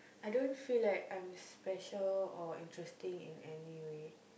I don't feel like I'm special or interesting in any way